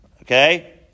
okay